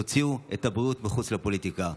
תוציאו את הבריאות מחוץ לפוליטיקה.